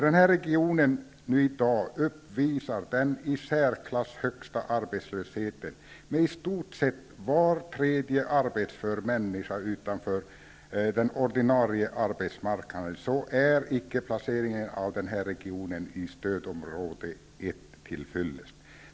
Den här regionen uppvisar i dag den i särklass högsta arbetslösheten i landet -- i stort sett var tredje arbetsför människa står utanför den ordinarie arbetsmarknaden. Då är icke placeringen av regionen i stödområde 1 till fyllest.